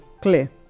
clear